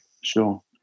Sure